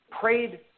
prayed